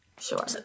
Sure